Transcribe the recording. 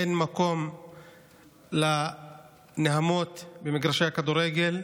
אין מקום לנהמות במגרשי הכדורגל.